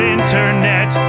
Internet